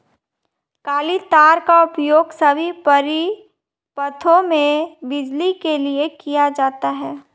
काली तार का उपयोग सभी परिपथों में बिजली के लिए किया जाता है